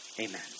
Amen